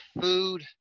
food